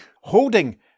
holding